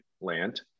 land